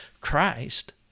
Christ